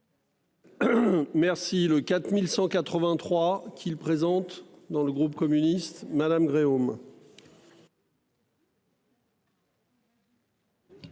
Merci le 4183 qu'il présente dans le groupe communiste, madame Gréaume.